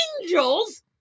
angels